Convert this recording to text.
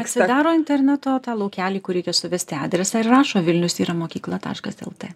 atsidaro interneto tą laukelį kur reikia suvesti adresą ir rašo vilnius yra mokykla taškas lt